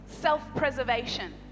self-preservation